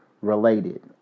related